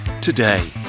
today